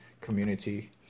community